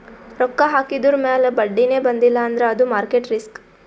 ರೊಕ್ಕಾ ಹಾಕಿದುರ್ ಮ್ಯಾಲ ಬಡ್ಡಿನೇ ಬಂದಿಲ್ಲ ಅಂದ್ರ ಅದು ಮಾರ್ಕೆಟ್ ರಿಸ್ಕ್